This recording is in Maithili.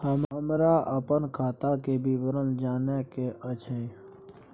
हमरा अपन खाता के विवरण जानय के अएछ?